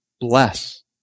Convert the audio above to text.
bless